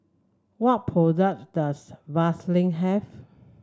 what product does Vaselin have